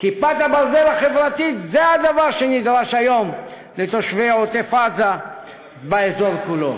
"כיפת הברזל" החברתית זה הדבר שנדרש היום לתושבי עוטף-עזה באזור כולו,